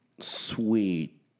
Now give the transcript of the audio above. sweet